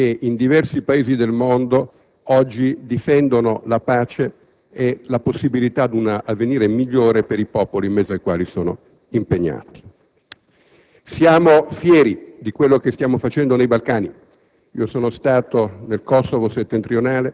*(UDC)*. Signor Presidente, l'UDC è solidale con i nostri soldati che in diversi Paesi del mondo oggi difendono la pace e la possibilità di un avvenire migliore per i popoli tra i quali sono impegnati.